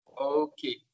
Okay